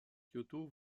kyoto